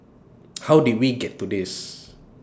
how did we get to this